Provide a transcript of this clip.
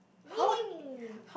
me me